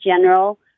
general